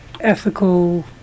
ethical